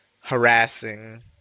harassing